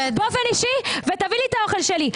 הנה האוכל שלי.